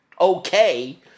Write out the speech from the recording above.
okay